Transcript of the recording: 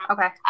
Okay